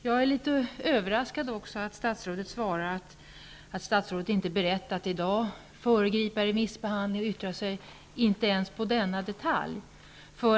Jag är litet överraskad av att statsrådet svarar att hon inte är beredd att i dag föregripa remissbehandlingen och yttra sig ens om denna detalj.